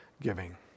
giving